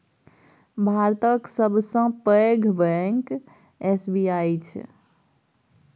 भातक सबसँ पैघ बैंक एस.बी.आई छै